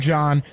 John